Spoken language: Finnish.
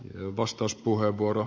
arvoisa puhemies